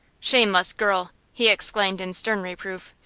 shameless girl! he exclaimed, in stern reproof.